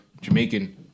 Jamaican